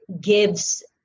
gives